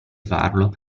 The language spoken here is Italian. farlo